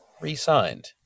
re-signed